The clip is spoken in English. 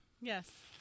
Yes